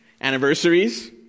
Anniversaries